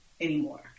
anymore